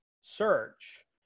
search